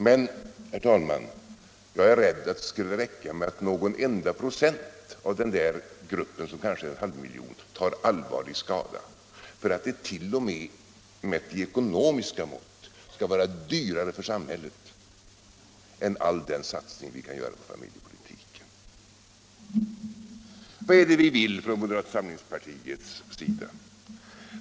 Men, herr talman, jag är rädd för att det skulle räcka med att någon enda procent av den där gruppen, som kanske är en halv miljon, skulle ta allvarlig skada för att det t.o.m. mätt i ekonomiska mått skall vara dyrare för samhället än all den satsning vi kan göra på familjepolitiken. Vad är det vi vill inom moderata samlingspartiet?